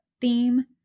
theme